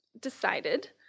decided